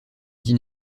dit